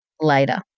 later